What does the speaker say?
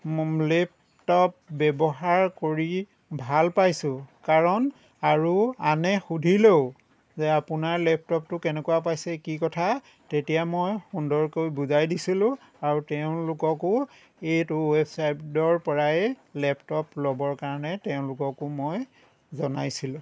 laptop ব্যৱহাৰ কৰি ভাল পাইছোঁ কাৰণ আৰু আনে সুধিলেও যে আপোনাৰ লেপটপটো কেনেকুৱা পাইছে কি কথা তেতিয়া মই সুন্দৰকৈ বুজাই দিছিলোঁ আৰু তেওঁলোককো এইটো ৱেবচাইটৰ পৰাই লেপটপ ল'বৰ কাৰণে তেওঁলোককো মই জনাইছিলোঁ